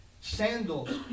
Sandals